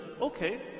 Okay